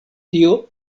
tio